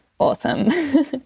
awesome